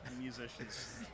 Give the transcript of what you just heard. Musicians